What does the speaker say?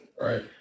Right